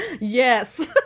Yes